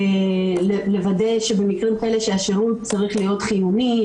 לוודא שבמקרים כאלה שהשירות צריך להיות חיוני,